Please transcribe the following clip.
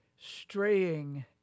straying